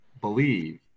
believe